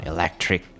Electric